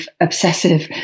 obsessive